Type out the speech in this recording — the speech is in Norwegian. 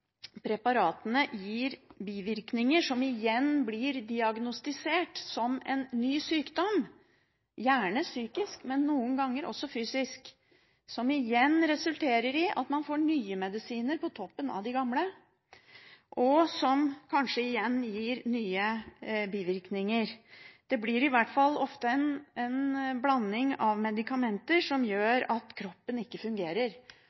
gir mange av disse preparatene bivirkninger, som igjen blir diagnostisert som en ny sykdom, gjerne psykisk, men noen ganger også fysisk – som igjen resulterer i at man får nye medisiner på toppen av de gamle, og som kanskje igjen gir nye bivirkninger. Det blir i hvert fall ofte en blanding av medikamenter som gjør at kroppen ikke fungerer.